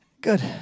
Good